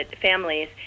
families